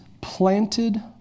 planted